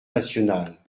nationale